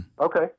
Okay